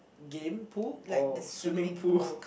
game pool or swimming pool